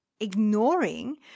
ignoring